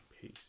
Peace